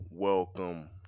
Welcome